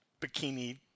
bikini